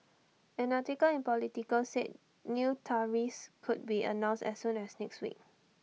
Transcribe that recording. an article in Politico said new tariffs could be announced as soon as next week